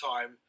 time